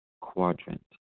quadrant